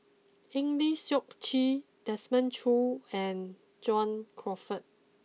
Eng Lee Seok Chee Desmond Choo and John Crawfurd